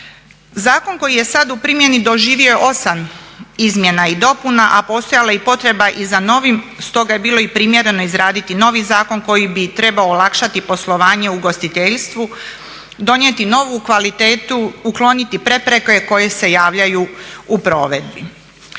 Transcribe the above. Zakon koji je sada u primjeni doživio je 8 izmjena i dopuna a postojala je i potreba i za novim, stoga je bilo i primjereno izraditi novi zakon koji bi trebao olakšati poslovanje ugostiteljstvu, donijeti novu kvalitetu, ukloniti prepreke koje se javljaju u provedbi.